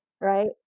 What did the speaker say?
right